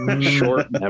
short